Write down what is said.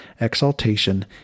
exaltation